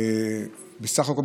בסך הכול,